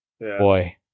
boy